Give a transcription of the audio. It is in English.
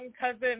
cousin